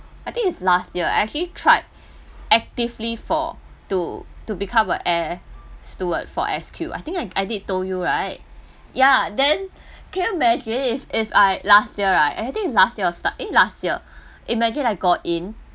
I think is last year I actually tried actively for to to become air steward for S_Q I think I I did told you right ya then can you imagine if if I last year right I think it's last year start eh last year imagine I got in